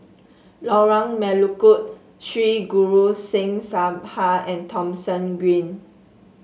Lorong Melukut Sri Guru Singh Sabha and Thomson Green